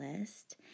list